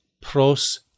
pros